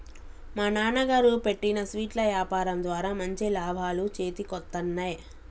మా నాన్నగారు పెట్టిన స్వీట్ల యాపారం ద్వారా మంచి లాభాలు చేతికొత్తన్నయ్